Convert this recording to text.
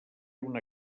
una